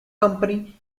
company